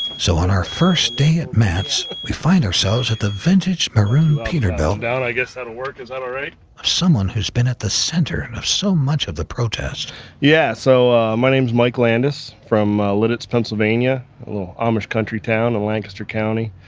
so on our first day at mats, we find ourselves at the vintage maroon peterbilt, i guess that'll work. is that all right, of someone who's been at the center of so much of the protest yeah, so ah my name's mike landis from lititz, pennsylvania, a little amish country town in lancaster county.